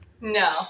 no